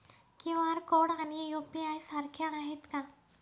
QR code आणि UPI सारखे आहेत का?